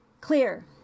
Clear